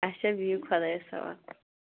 اچھا بِہِو خۄدایس حوالہٕ